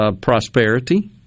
prosperity